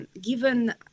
given